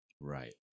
Right